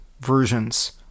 versions